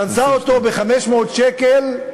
קנסה אותו ב-500 שקל,